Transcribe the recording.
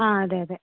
ആ അതെ അതെ